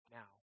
now